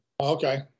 Okay